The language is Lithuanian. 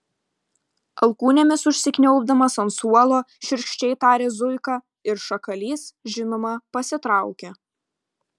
alkūnėmis užsikniaubdamas ant suolo šiurkščiai tarė zuika ir šakalys žinoma pasitraukė